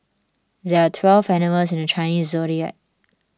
there are twelve animals in the Chinese zodiac